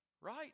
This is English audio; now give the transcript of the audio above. right